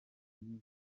igihe